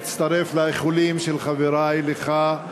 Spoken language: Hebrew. אני מצטרף לאיחולים של חברי לך,